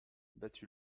battu